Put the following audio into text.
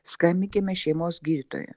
skambinkime šeimos gydytojui